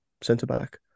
centre-back